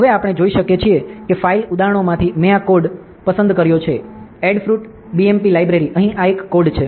હવે આપણે જોઈ શકીએ છીએ કે ફાઇલ ઉદાહરણોમાંથી મેં આ કોડ પસંદ કર્યો છે એડ ફ્રુટ BMP લાઇબ્રેરી અહીં આ એક કોડ છે